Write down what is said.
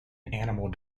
animal